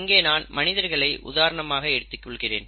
இங்கே நான் மனிதர்களை உதாரணமாக எடுத்திருக்கிறேன்